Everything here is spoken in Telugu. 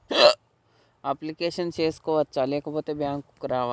అప్లికేషన్ చేసుకోవచ్చా లేకపోతే బ్యాంకు రావాలా?